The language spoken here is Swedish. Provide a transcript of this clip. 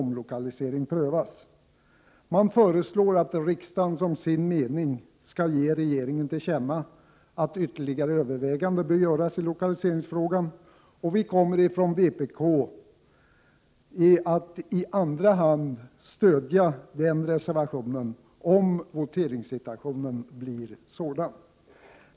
Man föreslår att riksdagen som sin mening skall ge regeringen till känna att ytterligare överväganden bör göras i lokaliseringsfrågan, och vi kommer från vpk att i andra hand stödja den reservationen, om voteringssituationen blir sådan. Herr talman!